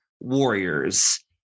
Warriors